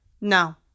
no